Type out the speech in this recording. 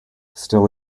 still